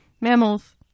mammals